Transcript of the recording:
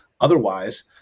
otherwise